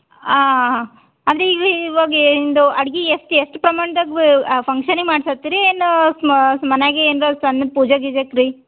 ಹಾಂ ಹಾಂ ಅಂದರೆ ಇವು ಇವಾಗ ಏನು ಇದು ಅಡ್ಗೆ ಎಷ್ಟು ಎಷ್ಟು ಪ್ರಮಾಣ್ದಾಗ ವ್ ಫಂಕ್ಷನಿಗೆ ಮಾಡ್ಸೋತ್ತಿರಿ ಏನು ಮನೆಯಾಗೆ ಏನ್ರಾ ಸಣ್ಣ ಪೂಜೆ ಗೀಜೆ ಇತ್ರಿ